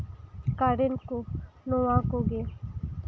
ᱠᱟᱨᱮᱱ ᱠᱚ ᱱᱚᱶᱟ ᱠᱚᱜᱮ